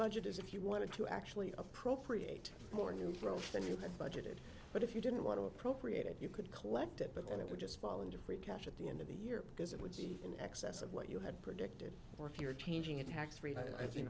budget is if you wanted to actually appropriate more new for the new budget but if you didn't want to appropriate it you could collect it but then it would just fall into free cash at the end of the year because it would be in excess of what you had projected or if you're changing a tax rate i think